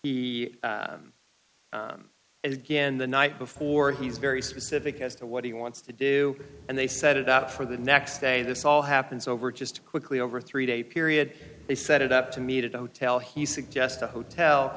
he again the night before he's very specific as to what he wants to do and they set it up for the next day this all happens over just quickly over a three day period they set it up to meet at a hotel he suggest a hotel